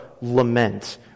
lament